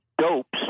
dopes